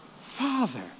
Father